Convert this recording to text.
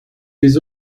des